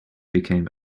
became